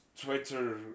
Twitter